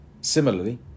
Similarly